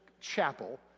chapel